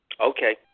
okay